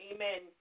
Amen